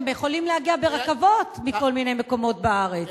הם יכולים להגיע ברכבות מכל מיני מקומות בארץ.